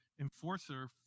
enforcer